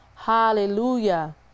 Hallelujah